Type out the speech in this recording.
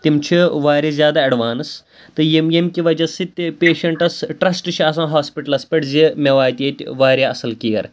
تِم چھِ واریاہ زیادٕ اٮ۪ڈوانٕس تہٕ یِم ییٚمہِ کہِ وجہ سۭتۍ تہِ پیشَنٹَس ٹرٛسٹ چھِ آسان ہاسپِٹلَس پٮ۪ٹھ زِ مےٚ واتہِ ییٚتہِ واریاہ اَصٕل کِیَر